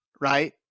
right